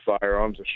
firearms